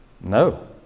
No